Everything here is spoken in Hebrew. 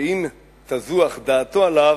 שאם תזוח דעתו עליו,